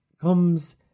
comes